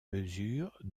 mesure